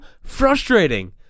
Frustrating